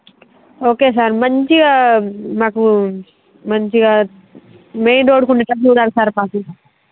okay sir మంచిగా మాకు మంచిగా మెయిన్ రోడ్కి ఉండేటట్లు చూడాలి సార్ మాకు